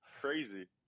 crazy